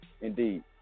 Indeed